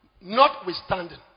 Notwithstanding